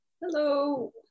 Hello